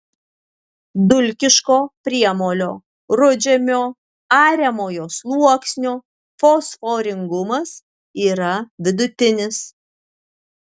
dulkiško priemolio rudžemio ariamojo sluoksnio fosforingumas yra vidutinis